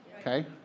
okay